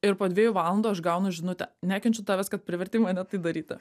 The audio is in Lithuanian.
ir po dviejų valandų aš gaunu žinutę nekenčiu tavęs kad privertei mane tai daryti